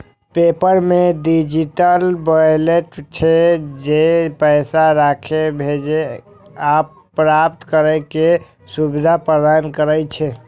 PayPal मे digital wallet छै, जे पैसा राखै, भेजै आ प्राप्त करै के सुविधा प्रदान करै छै